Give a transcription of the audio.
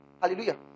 Hallelujah